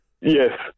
yes